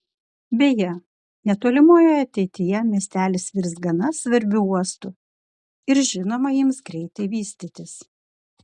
beje netolimoje ateityje miestelis virs gana svarbiu uostu ir žinoma ims greitai vystytis